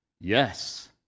Yes